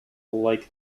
like